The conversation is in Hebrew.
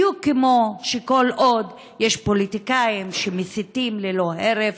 בדיוק כמו שכל עוד יש פוליטיקאים שמסיתים ללא הרף,